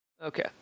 Okay